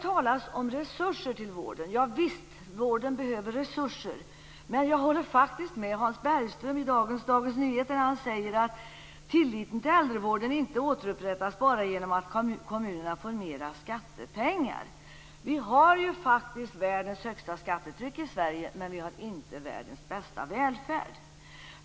Javisst behöver vården resurser. Men jag håller med Hans Bergström som i Dagens Nyheter av i dag säger att tilliten till äldrevården inte återupprättas bara genom att kommunerna får mera skattepengar. Vi har ju faktiskt världens högsta skattetryck i Sverige, men vi har inte världens bästa välfärd.